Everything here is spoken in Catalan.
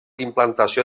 implantació